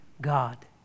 God